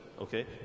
Okay